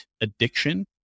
addiction